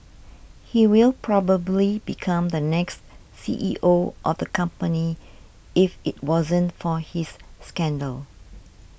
he will probably become the next C E O of the company if it wasn't for his scandal